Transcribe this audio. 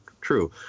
true